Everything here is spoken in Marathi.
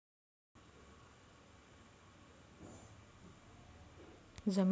जमीन छपाईचे साधन तण आणि गवत कापून पालापाचोळ्याचा ब्रश बनवा